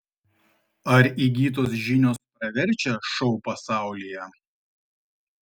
ar įgytos žinios praverčia šou pasaulyje